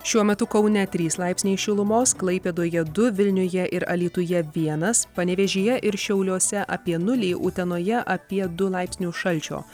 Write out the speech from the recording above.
šiuo metu kaune trys laipsniai šilumos klaipėdoje du vilniuje ir alytuje vienas panevėžyje ir šiauliuose apie nulį utenoje apie du laipsniu šalčio